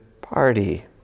party